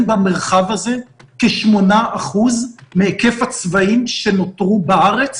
במרחב הזה כ-8% מהיקף הצבאים שנותרו בארץ.